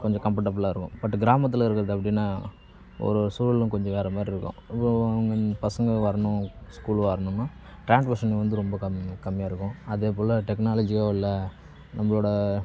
கொஞ்சம் கம்ஃபர்டபுளாக இருக்கும் பட் கிராமத்தில் இருக்கிறது அப்படின்னா ஒருவொரு சூழலும் கொஞ்சம் வேறு மாதிரி இருக்கும் உங்கள் உங்கள் பசங்க வரணும் ஸ்கூல் வரணும்னா ட்ரான்ஸ்போஷன் வந்து ரொம்ப கம்மி கம்மியாக இருக்கும் அதேப்போல் டெக்னாலஜியாக உள்ளே நம்மளோட